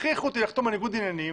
הכריחו אותי לחתום על ניגוד עניינים,